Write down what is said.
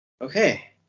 okay